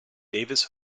davis